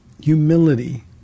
humility